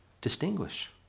distinguish